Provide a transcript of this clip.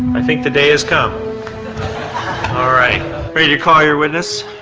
i think the day has come call your witness?